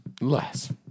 Less